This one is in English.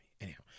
Anyhow